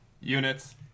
Units